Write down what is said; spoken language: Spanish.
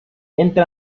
entra